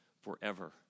forever